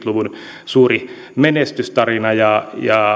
luvun suuri menestystarina